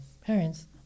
parents